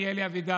אני, אלי אבידר,